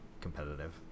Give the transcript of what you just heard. competitive